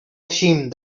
ashamed